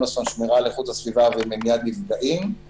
מונוסון (שמירה על איכות הסביבה ומניעת מפגעים),